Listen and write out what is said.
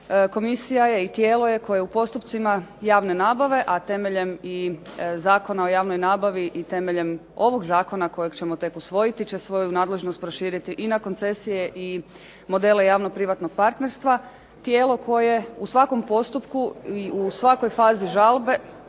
Komisija je i tijelo je koje je u postupcima javne nabave, a temeljem i Zakona o javnoj nabavi i temeljem ovog zakona kojeg ćemo tek usvojiti će svoju nadležnost proširiti i na koncesije i modele javnog privatnog partnerstva. Tijelo koje u svakom postupku i u svakoj fazi žalbe